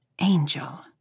Angel